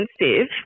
expensive